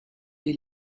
les